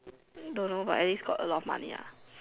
I think don't know but at least got a lot of money ah